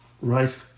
right